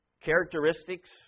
characteristics